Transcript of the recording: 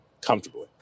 comfortably